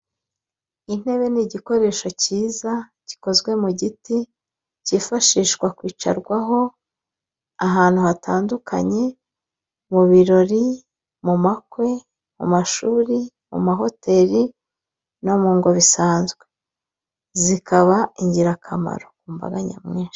Intebe ni igikoresho cyiza gikozwe mu giti, cyifashishwa kwicarwaho, ahantu hatandukanye, mu birori, mu makwe, mu mashuri, mu mahoteli no mu ngo bisanzwe, zikaba ingirakamaro ku mbaga nyamwinshi.